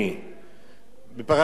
בפרשת השבוע,